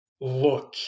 look